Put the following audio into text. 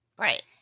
Right